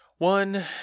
one